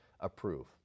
approve